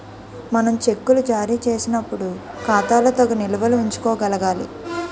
మనం చెక్కులు జారీ చేసినప్పుడు ఖాతాలో తగు నిల్వలు ఉంచుకోగలగాలి